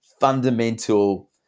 fundamental